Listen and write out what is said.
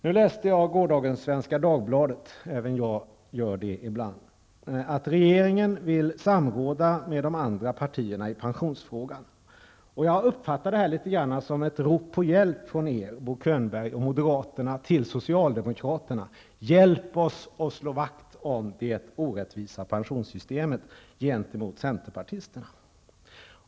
Jag läste i gårdagens Svenska Dagbladet -- även jag läser Svenska Dagbladet ibland -- att regeringen vill samråda med de andra partierna i pensionsfrågan. Jag uppfattar detta litet som ett rop på hjälp från Bo Hjälp oss att gentemot centerpartisterna slå vakt om det orättvisa pensionssystemet!